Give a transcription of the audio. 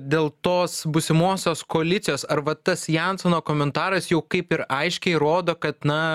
dėl tos būsimosios koalicijos ar va tas jansono komentaras jau kaip ir aiškiai rodo kad na